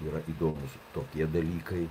yra įdomūs tokie dalykai